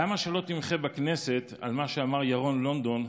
למה שלא תמחה בכנסת על מה שאמר ירון לונדון,